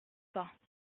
pas